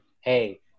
hey